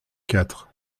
quatre